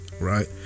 right